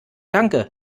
danke